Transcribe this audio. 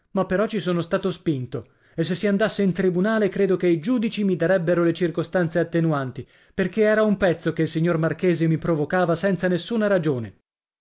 ma però ci sono stato spinto e se si andasse in tribunale credo che i giudici mi darebbero le circostanze attenuanti perché era un pezzo che il signor marchese mi provocava senza nessuna ragione